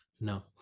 no